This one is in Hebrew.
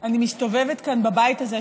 אני מסתובבת כאן בבית הזה,